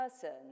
person